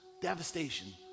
devastation